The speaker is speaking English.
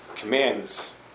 Commands